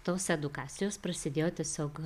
tos edukacijos prasidėjo tiesiog